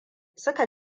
suka